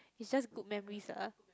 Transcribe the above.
it's just good memories ah